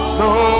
no